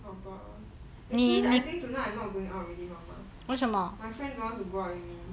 好吧 actually I think tonight I'm not going out already mama my friend don't want to go with me